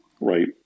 right